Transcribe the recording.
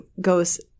goes